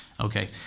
Okay